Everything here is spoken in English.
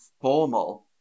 formal